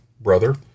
brother